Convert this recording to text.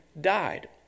died